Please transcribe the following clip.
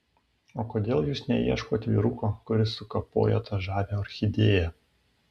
o kodėl jūs neieškot vyruko kuris sukapojo tą žavią orchidėją